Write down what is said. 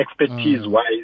expertise-wise